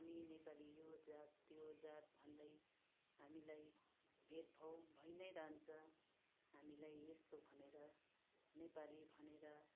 हामी नेपाली यो जात त्यो जात भन्दै हामीलाई भेदभाव भइ नै रहन्छ हामीलाई यस्तो भनेर नेपाली भनेर